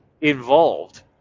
involved